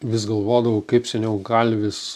vis galvodavau kaip seniau kalvis